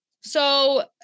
So-